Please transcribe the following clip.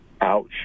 Ouch